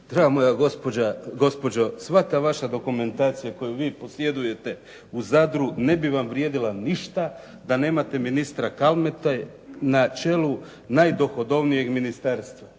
Draga moja gospođo, svaka vaša dokumentacija koju vi posjedujete u Zadru ne bi vam vrijedila ništa da nemate ministra Kalmete na čelu najdohodovnijeg ministarstva